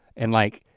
and like,